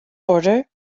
order